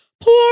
Poor